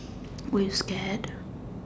were you scared